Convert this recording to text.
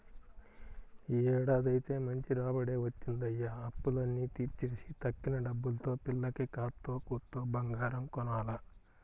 యీ ఏడాదైతే మంచి రాబడే వచ్చిందయ్య, అప్పులన్నీ తీర్చేసి తక్కిన డబ్బుల్తో పిల్లకి కాత్తో కూత్తో బంగారం కొనాల